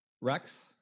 Rex